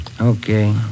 Okay